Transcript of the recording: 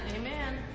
Amen